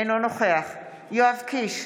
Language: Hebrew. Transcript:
אינו נוכח יואב קיש,